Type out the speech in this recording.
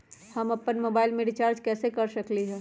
हम अपन मोबाइल में रिचार्ज कैसे कर सकली ह?